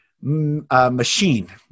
machine